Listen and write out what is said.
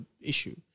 issue